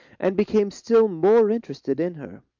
and became still more interested in her.